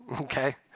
okay